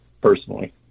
personally